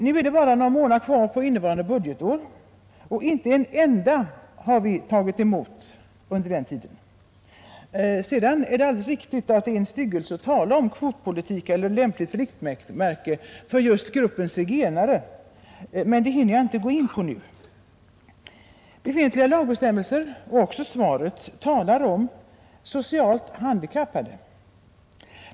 Nu är det bara några månader kvar på innevarande budgetår, och inte en enda zigenare har vi tagit emot under den tiden. Det är alldeles riktigt att det är en styggelse att tala om kvotpolitik eller lämpligt riktmärke för just gruppen zigenare, men det hinner jag inte gå in på nu. Gällande lagbestämmelser — och även svaret — talar om socialt handikappade.